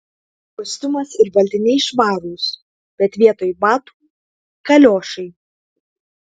kostiumas ir baltiniai švarūs bet vietoj batų kaliošai